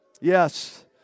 Yes